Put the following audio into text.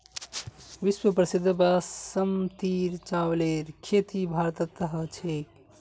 विश्व प्रसिद्ध बासमतीर चावलेर खेती भारतत ह छेक